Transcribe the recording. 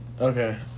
Okay